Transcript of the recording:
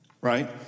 right